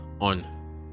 on